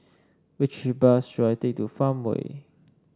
which bus should I take to Farmway